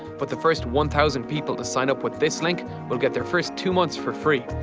but the first one thousand people to sign up with this link will get their first two months for free.